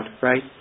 right